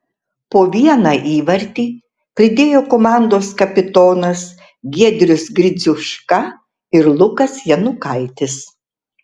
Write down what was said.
po vieną įvartį pridėjo komandos kapitonas giedrius gridziuška ir lukas janukaitis